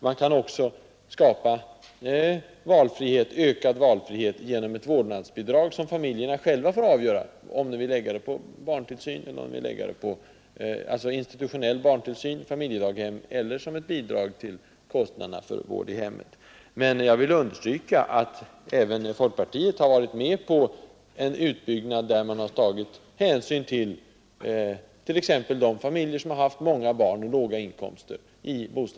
Man kan också skapa ökad valfrihet genom ett vårdnadsbidrag, där familjerna själva får avgöra om de vill lägga pengarna på daghem, familjedaghem, eller som ett bidrag till kostnaderna för vård i hemmet. Men jag vill understryka att även folkpartiet har varit med på en utbyggnad, där man genom bostadstilläggen tagit hänsyn till exempelvis de familjer som har haft många barn och låga inkomster.